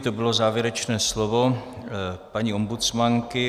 To bylo závěrečné slovo paní ombudsmanky.